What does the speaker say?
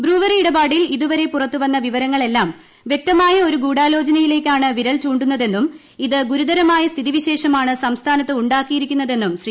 brewery ഇടപാടിൽ ഇതുവരെ പുറത്തുവന്ന വിവരങ്ങളെല്ലാം വ്യക്തമായ ഒരു ഗൂഡാലോചനയിലേക്കാണ് വിരൽചൂണ്ടുന്നതെന്നും ഇത് ഗുരുതരമായ സ്ഥിതിവിശേഷമാണ് സംസ്ഥാനത്ത് ഉണ്ടാക്കിയിരിക്കുന്നതെന്നും ശ്രീ